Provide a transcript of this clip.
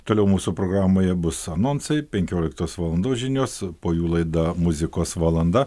toliau mūsų programoje bus anonsai penkioliktos valandos žinios po jų laida muzikos valanda